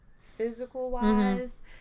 physical-wise